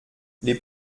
les